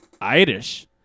Irish